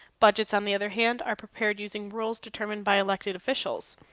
budgets, on the other hand, are prepared using rules determined by elected officials,